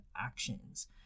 actions